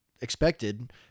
expected